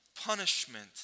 punishment